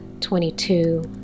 twenty-two